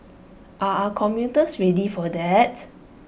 are our commuters ready for that